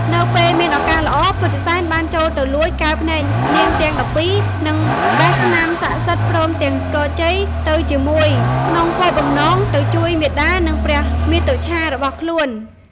នៅពេលមានឱកាសល្អ ពុទ្ធិសែនបានចូលទៅលួចកែវភ្នែកនាងទាំង១២ និងបេះថ្នាំស័ក្តិសិទ្ធិព្រមទាំងស្គរជ័យទៅជាមួយ ក្នុងគោលបំណងទៅជួយមាតា និងព្រះមាតុច្ឆារបស់ខ្លួន។